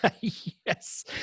yes